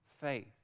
faith